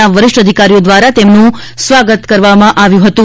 ના વરિષ્ઠ અધિકારીઓ દ્વારા તેમનું સ્વાગત કરાયું હતું